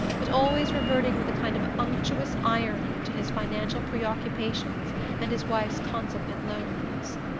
but always reverting with a kind of unctuous irony to his financial preoccupations and his wife's consequent loneliness.